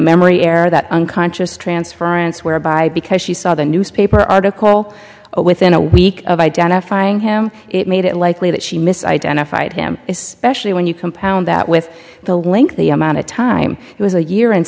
memory error that unconscious transference whereby because she saw the newspaper article within a week of identifying him it made it likely that she miss identified him as specially when you compound that with the link the amount of time it was a year and